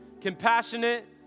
compassionate